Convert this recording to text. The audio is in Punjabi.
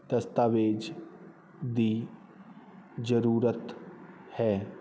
ਦਸਤਾਵੇਜ਼ ਦੀ ਜ਼ਰੂਰਤ ਹੈ